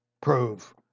prove